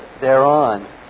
thereon